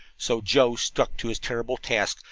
so joe stuck to his terrible task,